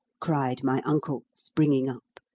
cried my uncle, springing up.